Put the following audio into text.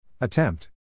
Attempt